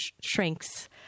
shrink's